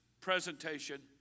presentation